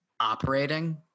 operating